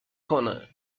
کنه